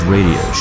Radio